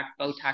Botox